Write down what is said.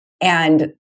And-